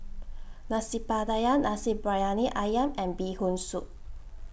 Nasi Pattaya Nasi Briyani Ayam and Bee Hoon Soup